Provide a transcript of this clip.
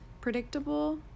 predictable